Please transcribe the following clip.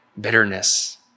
bitterness